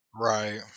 right